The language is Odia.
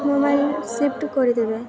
ମୋବାଇଲ୍ ସିଫ୍ଟ କରିଦେବେ